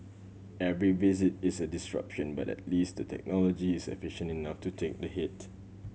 every visit is a disruption but least the technology is efficient enough to take the hit